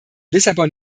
lissabon